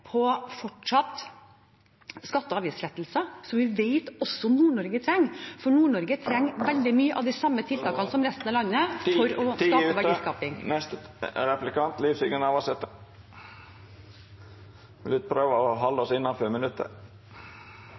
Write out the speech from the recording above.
på fortsatt skatte- og avgiftslettelser, som vi vet også Nord-Norge trenger, for Nord-Norge trenger veldig mye av de samme tingene som resten av landet for å få verdiskaping.